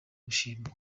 gushima